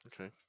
Okay